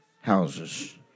houses